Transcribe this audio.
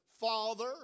Father